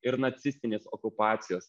ir nacistinės okupacijos